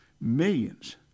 millions